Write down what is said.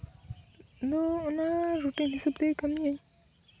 ᱟᱫᱚ ᱚᱱᱟ ᱨᱩᱴᱤᱱ ᱦᱤᱥᱟᱹᱵ ᱛᱮᱜᱮ ᱠᱟᱹᱢᱤᱭᱟᱹᱧ